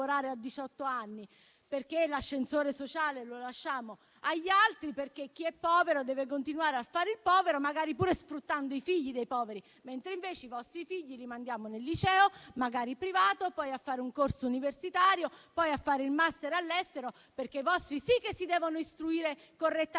anni; l'ascensore sociale lo lasciamo agli altri, perché chi è povero deve continuare a fare il povero, magari pure sfruttando i figli dei poveri, mentre invece i vostri figli li mandiamo al liceo, magari privato, poi a fare un corso universitario, poi a fare il *master* all'estero. I vostri figli, infatti, sì che si devono istruire correttamente,